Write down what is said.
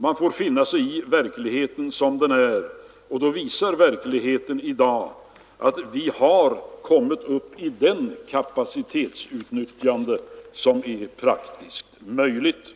Man får finna sig i verkligheten som den är, och verkligheten i dag visar att vi har kommit upp i det kapacitetsutnyttjande som är praktiskt möjligt.